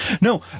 No